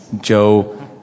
Joe